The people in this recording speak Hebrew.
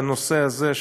והנושא הזה,